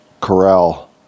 corral